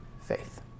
faith